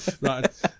Right